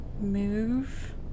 move